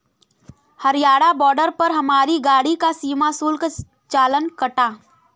Haryana border पर हमारी गाड़ी का सीमा शुल्क चालान कटा